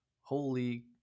holy